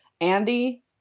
Andy